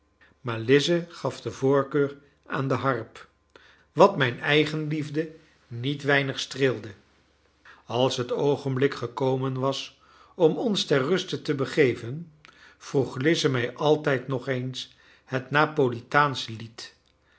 maar lize gaf de voorkeur aan de harp wat mijn eigenliefde niet weinig streelde als het oogenblik gekomen was om ons ter rust te begeven vroeg lize mij altijd nog eens het napolitaansche lied